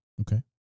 Okay